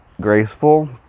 graceful